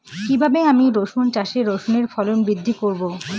কীভাবে আমি রসুন চাষে রসুনের ফলন বৃদ্ধি করব?